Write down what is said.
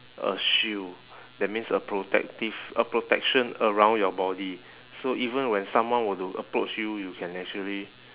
a shield that means a protective a protection around your body so even when someone were to approach you you can actually